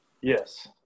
Yes